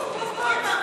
עוד פעם את?